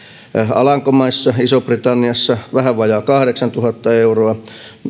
alankomaissa isossa britanniassa vähän vajaa kahdeksantuhatta euroa